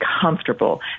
comfortable